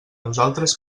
nosaltres